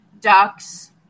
Ducks